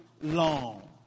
long